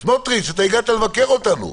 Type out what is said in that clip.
סמוטריץ', הגעת לבקר אותנו?